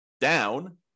down